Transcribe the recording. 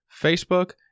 Facebook